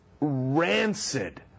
rancid